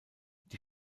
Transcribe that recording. die